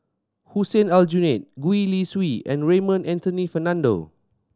Hussein Aljunied Gwee Li Sui and Raymond Anthony Fernando